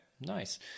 Nice